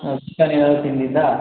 chicken ಏನಾದರೂ ತಿಂದಿದ್ದಾ